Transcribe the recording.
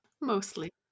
Mostly